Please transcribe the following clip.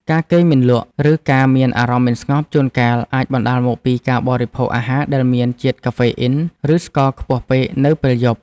ការគេងមិនលក់ ឬការមានអារម្មណ៍មិនស្ងប់ជួនកាលអាចបណ្តាលមកពីការបរិភោគអាហារដែលមានជាតិកាហ្វេអ៊ីនឬស្ករខ្ពស់ពេកនៅពេលយប់។